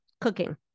cooking